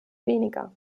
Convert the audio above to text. weniger